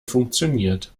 funktioniert